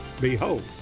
Behold